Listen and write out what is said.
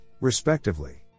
respectively